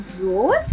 Rose